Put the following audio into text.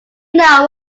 know